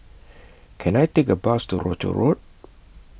Can I Take A Bus to Rochor Road